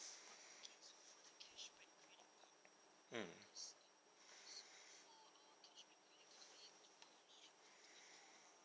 mm